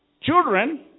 children